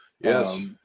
yes